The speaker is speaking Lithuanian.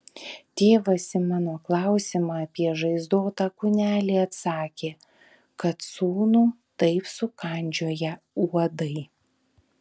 tėvas į mano klausimą apie žaizdotą kūnelį atsakė kad sūnų taip sukandžioję uodai